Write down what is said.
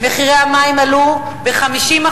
מחירי המים עלו ב-50%,